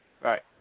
Right